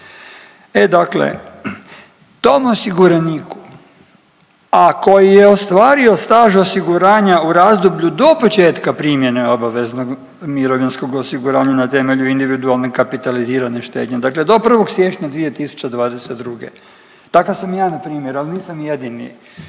e dakle tom osiguraniku, a koji je ostvario staž osiguranja u razdoblju do početka primjene obaveznog mirovinskog osiguranja na temelju individualne kapitalizirane štednje, dakle do 1. siječnja 2022., takav sam ja npr., al nisam jedini,